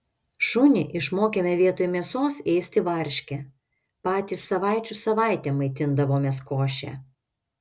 šunį išmokėme vietoj mėsos ėsti varškę patys savaičių savaitėm maitindavomės koše